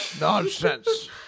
nonsense